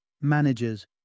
managers